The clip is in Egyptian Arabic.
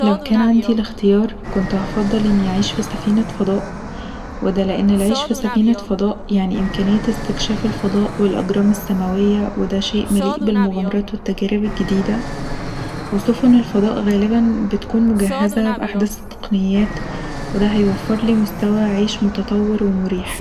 لو كان عندي الاختيار كنت هفضل اني اعيش في سفينة فضاء وده لأن العيشه في سفينة فضاء يعني استكشاف الفضاء والأجرام السماويه وده شئ مليئ بالمغامرات والتجارب الجديده وسفن الفضاء غالبا بتكون مجهزه بأحدث التقنيات وده هيوفرلي مستوي عيش متطور ومريح